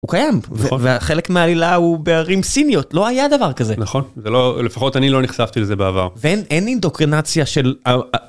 הוא קיים, וחלק מהעילה הוא בערים סיניות לא היה דבר כזה נכון זה לא לפחות אני לא נחשפתי לזה בעבר ואין אין אינדוקרנציה של.